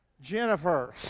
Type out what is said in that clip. Jennifer